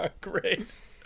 Great